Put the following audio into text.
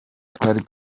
twari